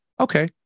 okay